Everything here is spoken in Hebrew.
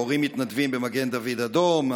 ההורים מתנדבים במגן דוד אדום,